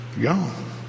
Gone